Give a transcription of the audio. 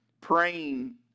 praying